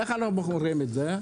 איך אנחנו רואים את זה?